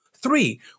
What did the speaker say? Three